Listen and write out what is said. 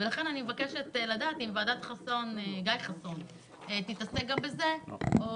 אני רוצה לשאול האם ועדת גיא חסון תתעסק גם בזה או